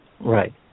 Right